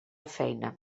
feina